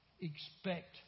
expect